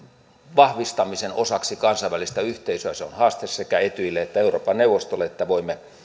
vahvistamisen osaksi kansainvälistä yhteisöä tässä yhteydessä se on haaste sekä etyjille että euroopan neuvostolle että voimme